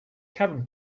cabin